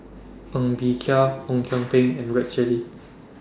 Ng Bee Kia Ong Kian Peng and Rex Shelley